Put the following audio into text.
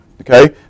okay